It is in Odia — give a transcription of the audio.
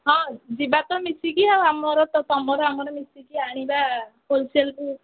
ହଁ ଯିବା ତ ମିଶିକି ଆଉ ଆମର ତୁମର ଆମର ମିଶିକି ଆଣିବା ହୋଲ୍ସେଲ୍ରୁ